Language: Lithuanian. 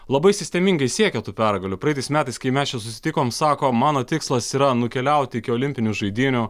labai sistemingai siekia tų pergalių praeitais metais kai mes čia susitikom sako mano tikslas yra nukeliauti iki olimpinių žaidynių